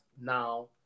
now